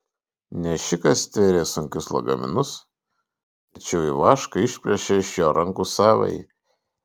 nešikas stvėrė sunkius lagaminus tačiau ivaška išplėšė iš jo rankų savąjį